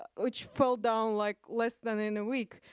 ah which fell down like less than in a week,